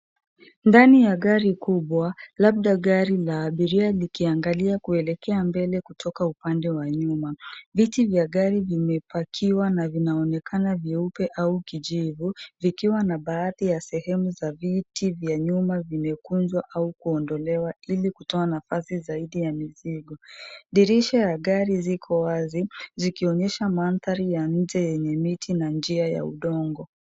Ndani ya gari kubwa, labda gari la abiria likiangalia kuelekea mbele kutoka upande wa nyuma. Viti vya gari vimepakiwa na vinaonekana vyeupe au kijivu, vikiwa na baadhi ya sehemu za viti vya nyuma vimekunjwa au kuondolewa ili kutoa nafasi zaidi ya mizigo. Dirisha ya gari ziko wazi, zikionyesha mandhari ya nje yenye miti na njia ya udongo.